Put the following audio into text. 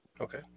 Okay